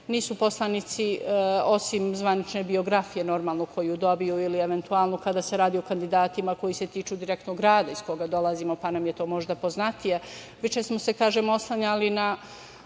jer poslanici, osim zvanične biografije, normalno, koju dobiju, ili eventualno kada se radi o kandidatima koji se tiču direktnog grada iz koga dolazimo, pa nam je to možda poznatije, više smo se oslanjali na